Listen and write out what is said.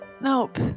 Nope